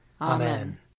Amen